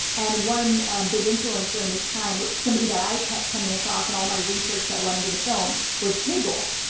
and one big influence during this time, somebody that i kept coming across in all my research that went into the film, was hegel,